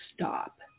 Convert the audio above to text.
stop